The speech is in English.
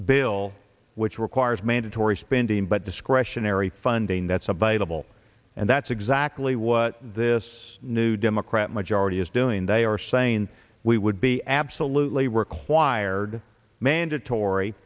bill which requires mandatory spending but discretionary funding that's available and that's exactly what this new democrat majority is doing they are saying we would be absolutely required mandatory